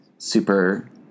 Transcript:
super